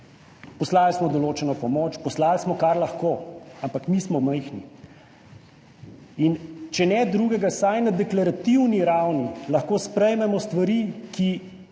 poslali smo določeno pomoč, poslali smo, kar lahko, ampak mi smo majhni in če ne drugega, vsaj na deklarativni ravni lahko sprejmemo stvari, ki